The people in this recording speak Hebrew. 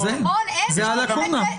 זו הלאקונה.